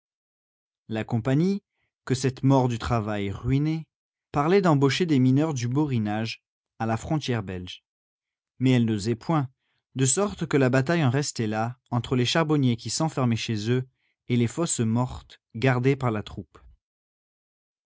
la compagnie que cette mort du travail ruinait parlait d'embaucher des mineurs du borinage à la frontière belge mais elle n'osait point de sorte que la bataille en restait là entre les charbonniers qui s'enfermaient chez eux et les fosses mortes gardées par la troupe